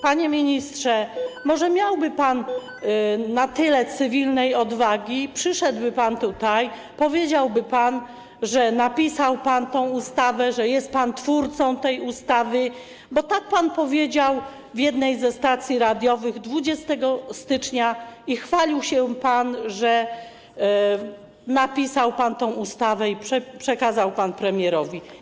Panie ministrze, może miałby pan na tyle cywilnej odwagi i przyszedłby pan tutaj, powiedziałby pan, że napisał pan tę ustawę, że jest pan twórcą tej ustawy, bo tak pan powiedział w jednej ze stacji radiowych 20 stycznia i chwalił się pan, że pan napisał tę ustawę i przekazał premierowi.